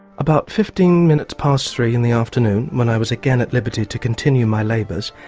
about fifteen minutes past three in the afternoon when i was again at liberty to continue my labours,